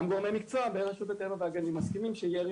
גם גורמי מקצוע ברשות הטבע והגנים מסכימים שירי